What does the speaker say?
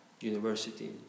University